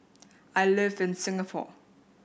I live in Singapore